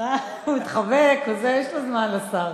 הוא מתחבק, יש לו זמן לשר.